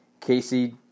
Casey